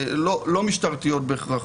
לא משטרתיות בהכרח.